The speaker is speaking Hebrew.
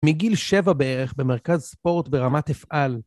מגיל שבע בערך במרכז ספורט ברמת הפעל.